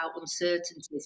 uncertainties